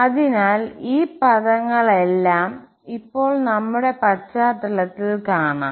അതിനാൽ ഈ പദങ്ങളെല്ലാം ഇപ്പോൾ നമ്മുടെ പശ്ചാത്തലത്തിൽ കാണാം